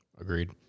Agreed